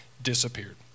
Disappeared